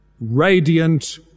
radiant